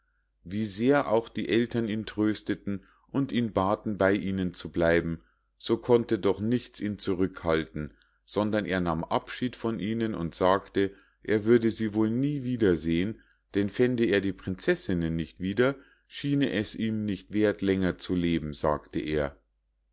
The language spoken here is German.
wie sehr auch die ältern ihn trösteten und ihn baten bei ihnen zu bleiben so konnte doch nichts ihn zurückhalten sondern er nahm abschied von ihnen und sagte er würde sie wohl nie wiedersehen denn fände er die prinzessinnen nicht wieder schiene es ihm nicht werth länger zu leben sagte er